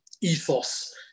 ethos